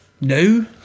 no